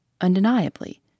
Undeniably